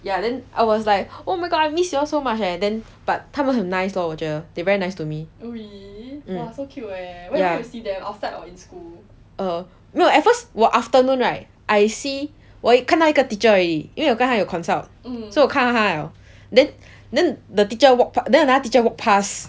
ya then I was like oh my god I miss you all so much eh then but 他们很 nice lor 我觉得 they very nice to me uh 没有 at first 我 afternoon right I see 我一看到一个 teacher 而已因为刚才有 you consult 所以我看到他了 then then the teacher walk pass then another teacher walk pass